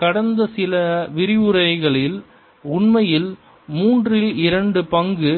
கடந்த சில விரிவுரைகளில் உண்மையில் மூன்றில் இரண்டு பங்கு